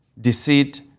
deceit